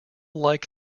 like